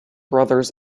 brothers